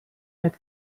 had